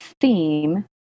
theme